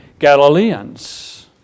Galileans